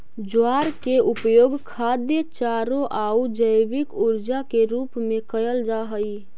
ज्वार के उपयोग खाद्य चारों आउ जैव ऊर्जा के रूप में कयल जा हई